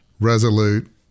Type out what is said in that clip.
resolute